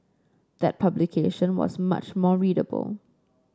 that publication was much more readable